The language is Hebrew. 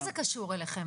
איך זה קשור אליכם?